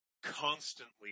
Constantly